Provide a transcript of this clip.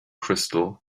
crystal